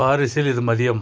பாரிஸில் இது மதியம்